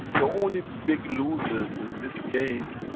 the only big losers in this game,